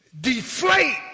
deflate